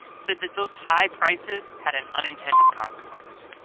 said that those high prices had an unintended consequence.